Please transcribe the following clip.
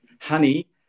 honey